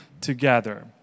together